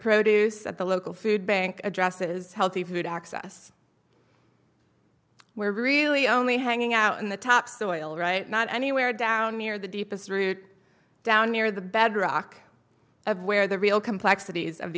produce at the local food bank addresses healthy food access where really only hanging out in the topsoil right not anywhere down near the deepest root down near the bedrock of where the real complexities of